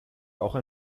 auch